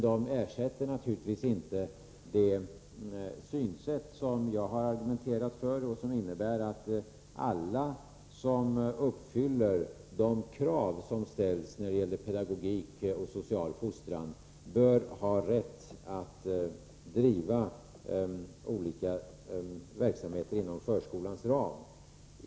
De ersätter naturligtvis inte vad jag har argumenterat för och som innebär att alla som uppfyller de krav som ställs när det gäller pedagogik och social fostran bör ha rätt att driva olika verksamheter inom förskolans ram.